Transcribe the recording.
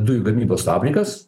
dujų gamybos fabrikas